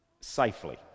safely